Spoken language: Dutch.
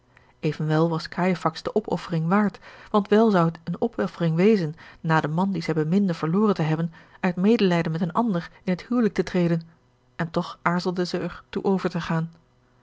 evenwel was cajefax de opoffering waard want wel zou het eene opoffering wezen na den man dien zij beminde verloren te hebben uit medelijden met een ander in het huwelijk te treden en toch aarzelde zij er toe over te gaan